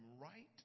right